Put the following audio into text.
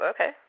Okay